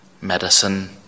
medicine